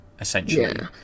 essentially